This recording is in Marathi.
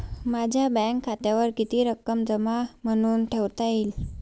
माझ्या बँक खात्यावर किती रक्कम जमा म्हणून ठेवता येईल?